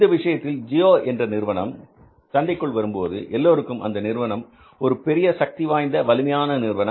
இந்த விஷயத்தில் ஜியோ என்ற நிறுவனம் சந்தைக்குள் வரும்போது எல்லோருக்கும் அந்த நிறுவனம் ஒரு பெரிய சக்திவாய்ந்த வலிமையான நிறுவனம்